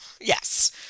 yes